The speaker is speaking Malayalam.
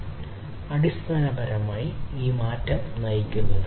ഇവ അടിസ്ഥാനപരമായി ഈ മാറ്റം നയിക്കുന്നു